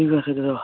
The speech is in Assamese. ঠিক আছে